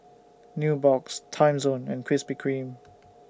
Nubox Timezone and Krispy Kreme